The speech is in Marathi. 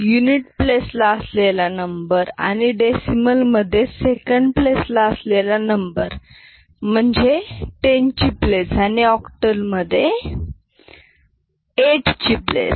युनिट प्लेस ला असलेला नंबर आणि डेसिमल मधे सेकंड प्लेस ला असलेला नंबर म्हणजे 10 ची प्लेस आणि ऑक्टल मधे 8ची प्लेस